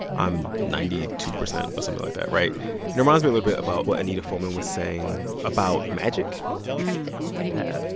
i'm ninety two percent or something like that, right? and it reminds me a little bit about what anita foeman was saying about magic what do you mean?